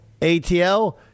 ATL